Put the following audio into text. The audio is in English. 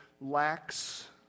lacks